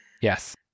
Yes